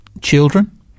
children